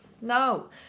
No